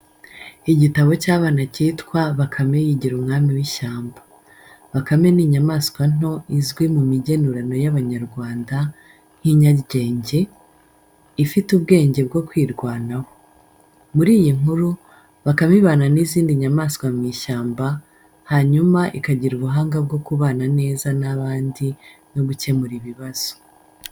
Igitabo cy’abana cyitwa bakame yigira umwami w’ishyamba. Bakame ni inyamaswa nto izwi mu migenurano y’Abanyarwanda nk’inyaryenge, ifite ubwenge bwo kwirwanaho. Muri iyi nkuru, Bakame ibana n’izindi nyamaswa mu ishyamba, hanyuma ikagira ubuhanga bwo kubana neza n’abandi no gukemura ibibazo.